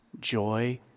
joy